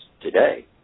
today